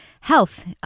health